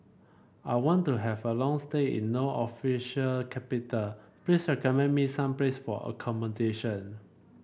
I want to have a long stay in No official capital please recommend me some place for accommodation